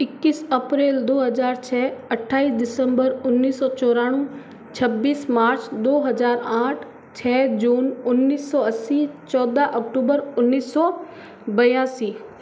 इक्कीस अप्रैल दो हज़ार छः अट्ठाईस दिसम्बर उन्नीस सौ चौरानवे छब्बीस मार्च दो हज़ार आठ छे जून उन्नीस सो अस्सी चौदह अक्टूबर उन्नीस सो बयासी